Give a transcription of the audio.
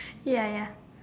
ya ya